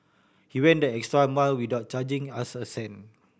he went the extra mile without charging us a cent